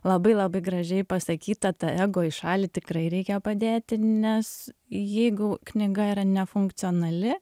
labai labai gražiai pasakyta tą ego į šalį tikrai reikia padėti nes jeigu knyga yra nefunkcionali